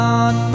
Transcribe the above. on